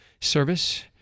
service